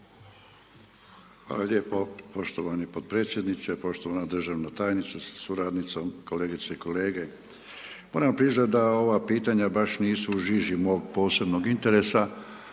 Hvala lijepo, poštovani podpredsjedniče, poštovana državna tajnice sa suradnicom, kolegice i kolege, moram vam priznat da ova pitanja baš nisu u žiži mog posebnog interesa,